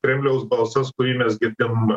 kremliaus balsas kurį mes girdim